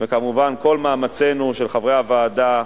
עם כל מאמציהם של חברי הוועדה,